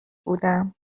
بودم